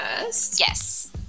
yes